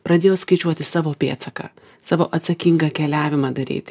pradėjo skaičiuoti savo pėdsaką savo atsakingą keliavimą daryti